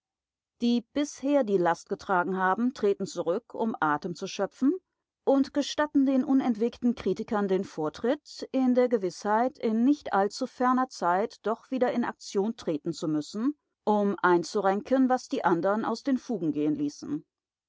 die bisher die last getragen haben treten zurück um atem zu schöpfen und gestatten den unentwegten kritikern den vortritt in der gewißheit in nicht allzuferner zeit doch wieder in aktion treten zu müssen um einzurenken was die andern aus den fugen gehen ließen